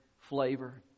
flavor